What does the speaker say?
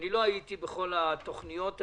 לא הייתי בכל התוכניות האלה.